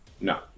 no